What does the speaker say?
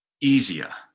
easier